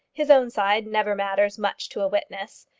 his own side never matters much to a witness.